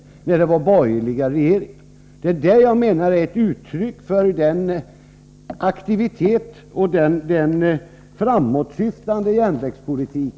Jag menar att den socialdemokratiska regeringen med detta gett uttryck för en aktiv och framåtsyftande järnvägspolitik.